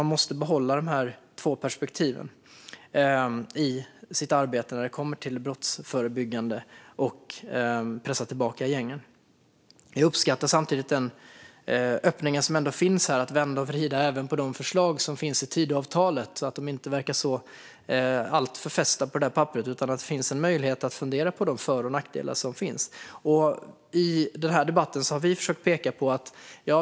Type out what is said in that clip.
Man måste behålla båda dessa perspektiv i det brottsförebyggande arbetet och när det gäller att pressa tillbaka gängen. Jag uppskattar samtidigt den öppning som finns vad gäller att vända och vrida på de förslag som finns i Tidöavtalet. De verkar därmed inte alltför fästa på detta papper, utan möjlighet finns att fundera på för och nackdelarna med dem.